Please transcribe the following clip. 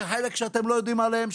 חלק שאתם לא יודעים עליהם,